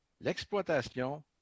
l'exploitation